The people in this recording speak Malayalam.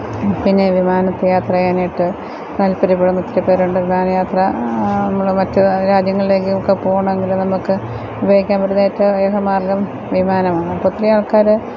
പിന്നെ ഈ വിമാനത്തില് യാത്ര ചെയ്യാനായിട്ട് താത്പര്യപ്പെടുന്ന ഒത്തിരി പേരുണ്ട് വിമാനയാത്ര നമ്മൾ മറ്റ് രാജ്യങ്ങളിലേക്കും ഒക്കെ പോകണമെങ്കിലൊക്കെ നമുക്ക് ഉപയോഗിക്കാന് പറ്റുന്ന ഏറ്റവും വേഗമാര്ഗ്ഗം വിമാനമാണ് അപ്പം ഒത്തിരി ആള്ക്കാർ